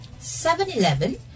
7-Eleven